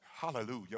Hallelujah